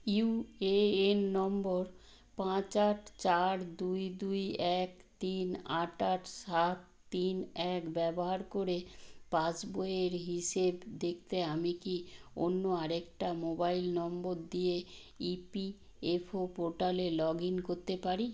UAN নম্বর পাঁচ আট চার দুই দুই এক তিন আট আট সাত তিন এক ব্যবহার করে পাসবইয়ের হিসেব দেখতে আমি কি অন্য আরেকটা মোবাইল নম্বর দিয়ে ইপিএফও পোর্টালে লগইন করতে পারি